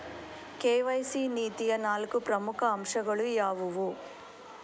KYC ನೀತಿಯ ನಾಲ್ಕು ಪ್ರಮುಖ ಅಂಶಗಳು ಯಾವುವು?